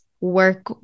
work